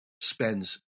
spends